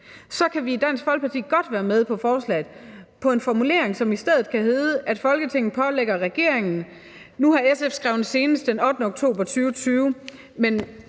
så kan vi i Dansk Folkeparti godt være med på forslaget med en formulering, som i stedet skal hedde: Folketinget pålægger regeringen – nu har SF skrevet senest den 8. oktober 2020,